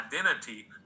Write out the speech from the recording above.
identity